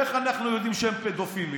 איך אנחנו יודעים שהם פדופילים?